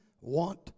want